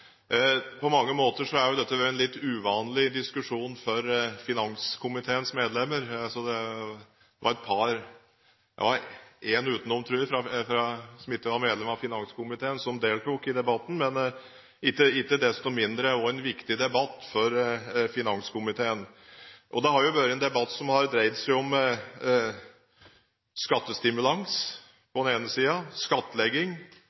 På mange måter har dette vært en litt uvanlig diskusjon for finanskomiteens medlemmer. Det var én som ikke var medlem av finanskomiteen som deltok i debatten, men ikke desto mindre er dette også en viktig debatt for finanskomiteen. Det har vært en debatt som har dreid seg om skattestimulans på den ene siden og skattlegging